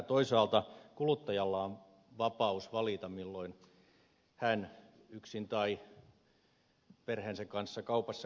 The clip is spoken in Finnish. toisaalta kuluttajalla on vapaus valita milloin hän yksin tai perheensä kanssa kaupassa käy